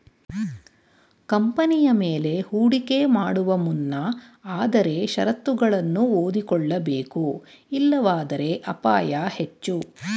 ಕಂಪನಿಯ ಮೇಲೆ ಹೂಡಿಕೆ ಮಾಡುವ ಮುನ್ನ ಆದರೆ ಶರತ್ತುಗಳನ್ನು ಓದಿಕೊಳ್ಳಬೇಕು ಇಲ್ಲವಾದರೆ ಅಪಾಯ ಹೆಚ್ಚು